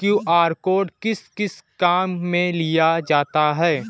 QR code किस किस काम में लिया जाता है?